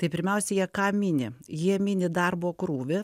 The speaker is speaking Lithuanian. tai pirmiausia jie ką mini jie mini darbo krūvį